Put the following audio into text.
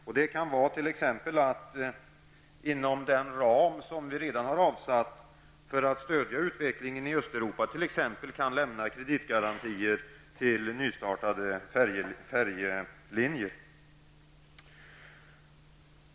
Man kan t.ex. inom ramen för det nuvarande stödet till Östeuropa lämna kreditgarantier när det gäller nystartade färjelinjer.